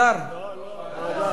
לא לא, ועדת הכספים.